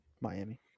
Miami